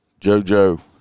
JoJo